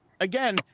again